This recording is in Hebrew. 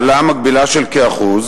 העלאה מקבילה של כ-1%,